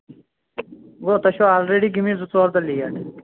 گوٚو تۄہہِ چھِو آلریٚڈی گٔمتۍ زٕ ژور دۄہ لیٹ